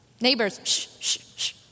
Neighbors